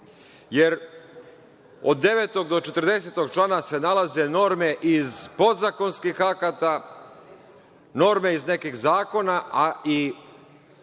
jer od 9. do 40. člana se nalaze norme iz podzakonskih akata, norme iz nekih zakona, a i